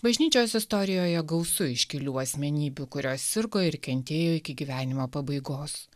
bažnyčios istorijoje gausu iškilių asmenybių kurios sirgo ir kentėjo iki gyvenimo pabaigos